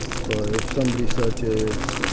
so if somebody searches,